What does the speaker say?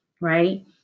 right